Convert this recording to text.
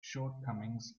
shortcomings